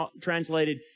translated